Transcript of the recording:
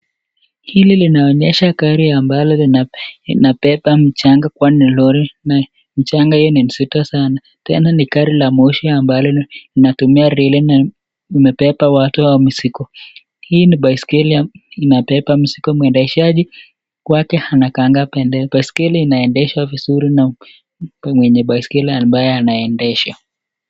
Hili linaonyesha gari ambalo linabeba mchanga kwani ni lori na mchanga hio ni mzito sana. Tena ni gari la moshi ambalo linatumia reli na imebeba watu au mizigo. Hii ni baiskeli inabeba mzigo. Mwendeshaji kwake anakaanga pendeli. Baiskeli inaendeshwa vizuri na mwenye baiskeli ambaye anaendesha.